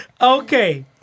Okay